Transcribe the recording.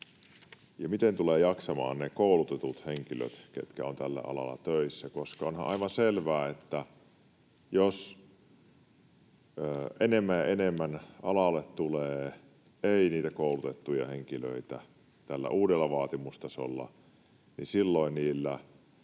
ja miten tulevat jaksamaan ne koulutetut henkilöt, ketkä ovat tällä alalla töissä, koska onhan aivan selvää, että jos enemmän ja enemmän alalle tulee niitä ei-koulutettuja henkilöitä tällä uudella vaatimustasolla, niin silloin niiden